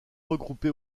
regroupés